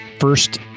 first